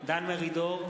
דן מרידור,